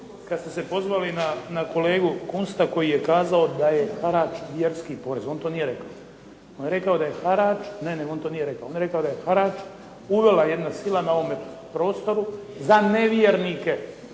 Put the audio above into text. kad ste se pozvali na kolegu Kunsta koji je kazao da je harač vjerski porez. On to nije rekao. On je rekao … /Upadica se ne čuje./… ne nego on to nije rekao, on je rekao da je harač uvela jedna sila na ovome prostoru za nevjernike,